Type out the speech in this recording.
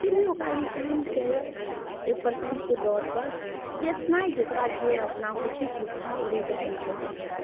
फिर भी ओकरा रिटर्नके एक परसेन्टके दरपर जतना ही जकरा जे अपना होइ छै सुविधा ओ रिटर्न कऽ दै छै